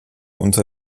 unter